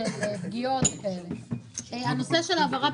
לא הרבה,